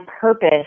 purpose